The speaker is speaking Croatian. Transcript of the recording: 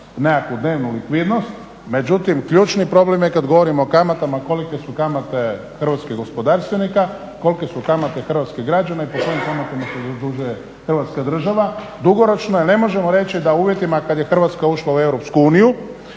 nekakvu dnevnu likvidnost. Međutim ključni problem je kad govorimo o kamatama kolike su kamate hrvatskih gospodarstvenika, kolike su kamate hrvatskih građana i po svemu tome se zadužuje hrvatska država dugoročno jer ne možemo reći da u uvjetima kada je Hrvatska ušla u EU